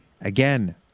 again